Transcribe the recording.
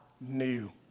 new